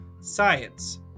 Science